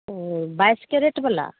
हूँ बाइस कैरेट बला